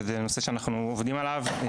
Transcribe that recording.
שזה נושא שאנחנו עובדים עליו,